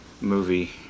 movie